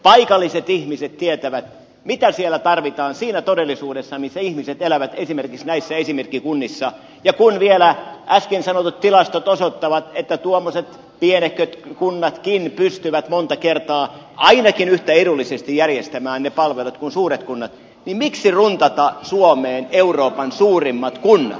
paikalliset ihmiset tietävät mitä tarvitaan siinä todellisuudessa jossa ihmiset elävät esimerkiksi näissä esimerkkikunnissa ja kun vielä äsken sanotut tilastot osoittavat että tuommoiset pienehköt kunnatkin pystyvät monta kertaa ainakin yhtä edullisesti järjestämään ne palvelut kuin suuret kunnat niin miksi runtata suomeen euroopan suurimmat kunnat